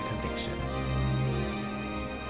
convictions